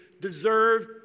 deserve